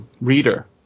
reader